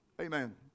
Amen